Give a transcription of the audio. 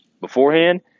beforehand